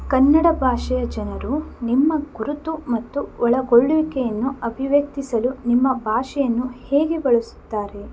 ಕನ್ನಡ ಭಾಷೆಯ ಜನರು ನಿಮ್ಮ ಗುರುತು ಮತ್ತು ಒಳಗೊಳ್ಳುವಿಕೆಯನ್ನು ಅಭಿವ್ಯಕ್ತಿಸಲು ನಿಮ್ಮ ಭಾಷೆಯನ್ನು ಹೇಗೆ ಬಳಸುತ್ತಾರೆ